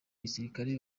gisirikare